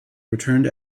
returned